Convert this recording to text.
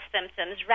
symptoms